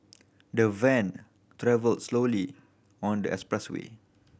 the van travelled slowly on the expressway